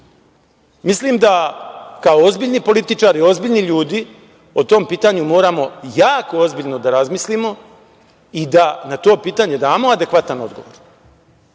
Mislim da kao ozbiljni političari, kao ozbiljni ljudi o tom pitanju moramo jako ozbiljno da razmislimo i da na to pitanje damo adekvatan odgovor.